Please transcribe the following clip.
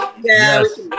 Yes